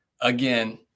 again